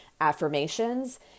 Affirmations